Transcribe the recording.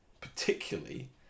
particularly